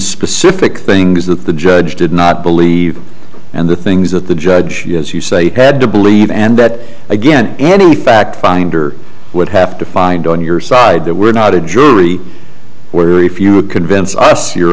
specific things that the judge did not believe and the things that the judge as you say had to believe and that again any fact finder would have to find on your side that we're not a jury where if you would convince us you're